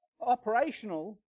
operational